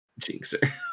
Jinxer